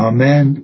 Amen